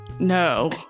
No